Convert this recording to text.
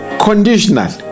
conditional